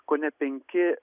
kone penki